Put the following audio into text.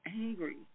angry